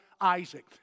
Isaac